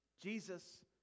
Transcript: Jesus